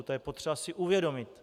To je potřeba si uvědomit.